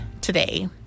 today